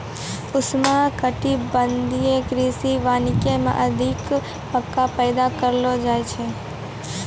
उष्णकटिबंधीय कृषि वानिकी मे अधिक्तर मक्का पैदा करलो जाय छै